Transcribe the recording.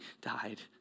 died